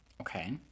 Okay